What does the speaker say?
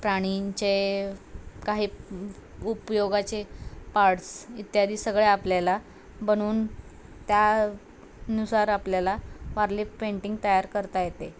प्राणींचे काही उपयोगाचे पार्ट्स इत्यादी सगळ्या आपल्याला बनवून त्यानुसार आपल्याला वारले पेंटिंग तयार करता येते